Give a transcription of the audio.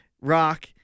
Rock